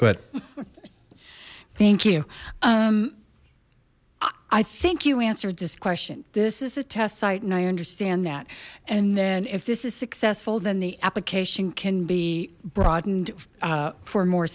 quit thank you i think you answered this question this is a test site and i understand that and then if this is successful then the application can be broadened for more